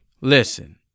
Listen